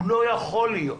הוא לא יכול להיות.